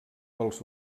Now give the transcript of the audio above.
pels